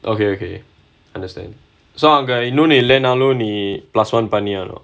okay okay understand so அங்க இன்னொன்னு இல்லனாலும் நீ:anga innonu illanaalum nee plus one பண்ணி ஆகணும்:panni aganum